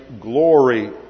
glory